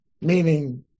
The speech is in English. meaning